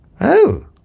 Oh